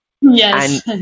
Yes